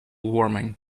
warming